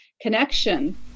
connection